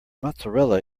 mozzarella